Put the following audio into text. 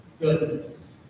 goodness